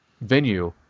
venue